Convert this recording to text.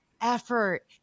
effort